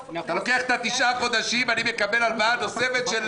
לוקח את התשעה חודשים ומקבל הלוואה נוספת של